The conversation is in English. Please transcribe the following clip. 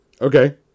Okay